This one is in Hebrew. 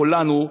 כולנו,